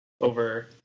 over